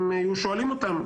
אם היו שואלים אותם,